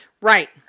Right